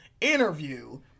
interview